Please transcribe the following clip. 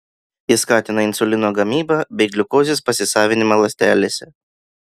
jis skatina insulino gamybą bei gliukozės pasisavinimą ląstelėse